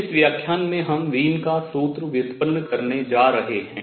इस व्याख्यान में हम वीन का सूत्र व्युत्पन्न करने जा रहे हैं